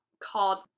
called